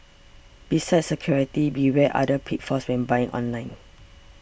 besides security beware other pitfalls when buying online